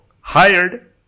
hired